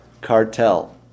cartel